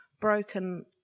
broken